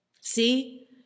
See